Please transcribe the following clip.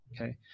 okay